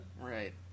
Right